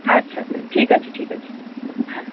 আচ্ছা আচ্ছা ঠিক আছে ঠিক আছে হ্যাঁ